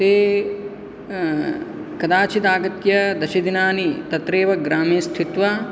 ते कदाचित् आगत्य दशदिनानि तत्रैव ग्रामे स्थित्वा